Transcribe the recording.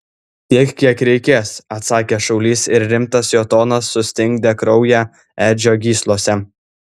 tiek kiek reikės atsakė šaulys ir rimtas jo tonas sustingdė kraują edžio gyslose